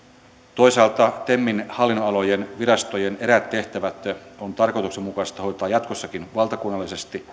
toisaalta temin hallinnonalojen virastojen eräät tehtävät on tarkoituksenmukaista hoitaa jatkossakin valtakunnallisesti